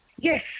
Yes